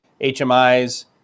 HMI's